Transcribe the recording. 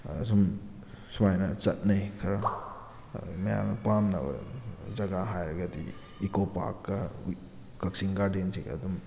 ꯑꯁꯨꯝ ꯁꯨꯃꯥꯏꯅ ꯆꯠꯅꯩ ꯈꯔ ꯃꯌꯥꯝꯅ ꯄꯥꯝꯅꯕ ꯖꯒꯥ ꯍꯥꯏꯔꯒꯗꯤ ꯏꯀꯣ ꯄꯥꯔꯛꯀ ꯀꯛꯆꯤꯡ ꯒꯥꯔꯗꯦꯟꯁꯤꯒ ꯑꯗꯨꯝ